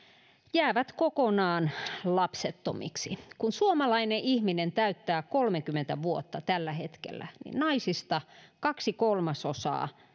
jäävät kokonaan lapsettomiksi kun suomalainen ihminen täyttää kolmekymmentä vuotta niin tällä hetkellä naisista kaksi kolmasosaa